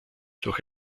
durch